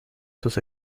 sus